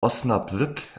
osnabrück